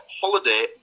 holiday